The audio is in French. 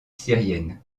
syrienne